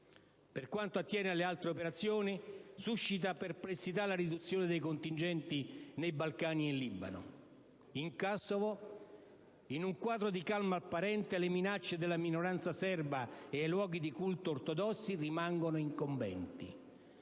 Per quanto attiene alle altre operazioni, suscita perplessità la riduzione dei contingenti nazionali nei Balcani e in Libano. In Kosovo, in un quadro di calma apparente, le minacce alla minoranza serba e ai luoghi di culto ortodossi rimangono incombenti.